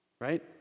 right